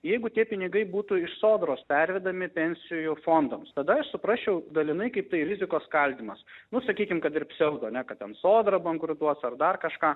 jeigu tie pinigai būtų iš sodros pervedami pensijų fondams tada aš suprasčiau dalinai kaip tai rizikos skaldymas nu sakykim kad ir psiaudo ane kad ten sodra bankrutuos ar dar kažką